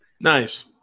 Nice